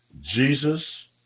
Jesus